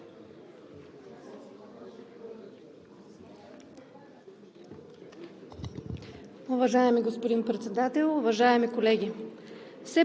Уважаеми господин Председател, уважаеми колеги!